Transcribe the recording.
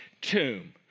tomb